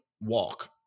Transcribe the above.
walk